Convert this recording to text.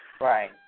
Right